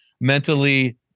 mentally